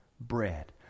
bread